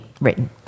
written